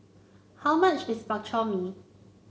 how much is Bak Chor Mee